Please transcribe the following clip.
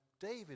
David